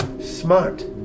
smart